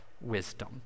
wisdom